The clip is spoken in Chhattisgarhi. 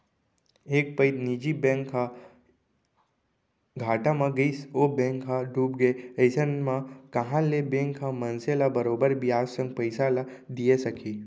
एक पइत निजी बैंक ह घाटा म गइस ओ बेंक ह डूबगे अइसन म कहॉं ले बेंक ह मनसे ल बरोबर बियाज संग पइसा ल दिये सकही